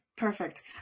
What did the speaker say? Perfect